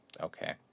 Okay